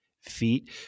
feet